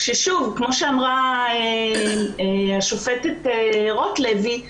כמו שאמרה השופטת רוטלוי,